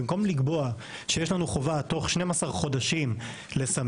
במקום לקבוע שיש לנו חובה תוך 12 חודשים לסמן,